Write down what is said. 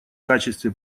качестве